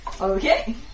Okay